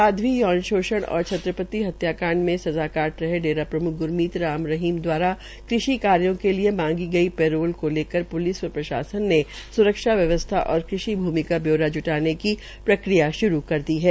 साध्वी यौन शोषण और छत्रपति हत्याकांड में सज़ा काट रहे डेरा प्रम्ख ग्रीमीत राम रहीम द्वारा कृषि कार्यो के लिये मांगी गई पेरोल को लेकर प्लिस व प्रशासन ने स्रक्षा व्यवस्था और कृषि भूमि का ब्यौरा जुटाने की प्रक्रिया श्रू कर दी है